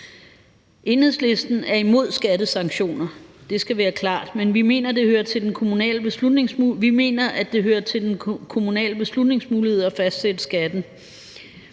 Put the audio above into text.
Enhedslisten er imod skattesanktioner; det skal være klart, men vi mener, det hører til den kommunale beslutningsmulighed at fastsætte skatten.